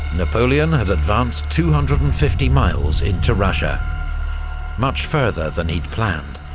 napoleon had advanced two hundred and fifty miles into russia much further than he'd planned.